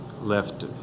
left